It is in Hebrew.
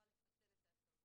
יוכל לפצל את ההסעות,